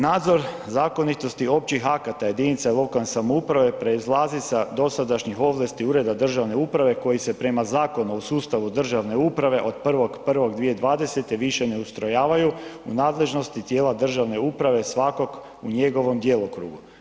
Nadzor zakonitosti općih akata jedinica lokalne samouprave prelazi s dosadašnjih ovlasti ureda državne uprave koji se prema Zakonu o sustavu državne uprave od 1.1.2020. više ne ustrojavaju u nadležnosti tijela državne uprave svakog u njegovom djelokrugu.